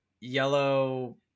yellow